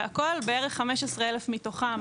בערך 15,000 מתוכן